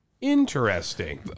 Interesting